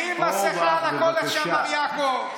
שים מסכה על הכול, שים מסכה.